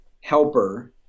helper